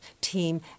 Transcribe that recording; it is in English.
team